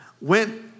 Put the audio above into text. went